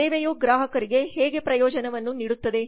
ಸೇವೆಯು ಗ್ರಾಹಕರಿಗೆ ಹೇಗೆ ಪ್ರಯೋಜನವನ್ನು ನೀಡುತ್ತದೆ